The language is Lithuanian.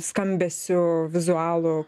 skambesiu vizualu